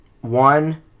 One